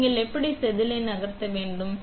எனவே நீங்கள் எப்படி செதில் நகர்த்த வேண்டும்